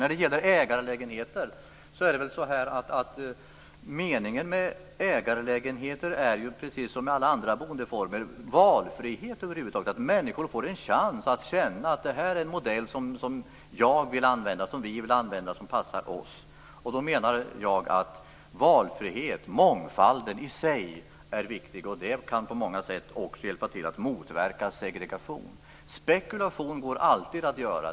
När det gäller ägarlägenheter är väl meningen precis som med alla andra boendeformer att människor får valfrihet, att människor får en chans att känna att detta är en modell som de vill använda och som passar dem. Då menar jag att valfriheten och mångfalden i sig är viktig, och det kan på många sätt också hjälpa till att motverka segregation. Det är alltid möjligt att spekulera.